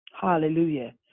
Hallelujah